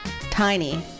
tiny